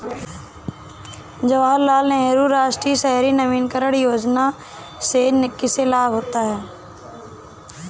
जवाहर लाल नेहरू राष्ट्रीय शहरी नवीकरण योजना से किसे लाभ होता है?